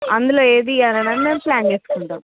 అందులో ఏది అననేది మేము ప్లాన్ చేసుకుంటాము